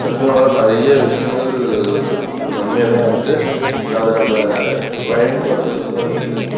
செல்ஃபோனால் நிறைய விஷயங்கள் நன்மையாக தான் இருக்குது அதை நம்ம பயன்படுத்துறதில் தான் இருக்குது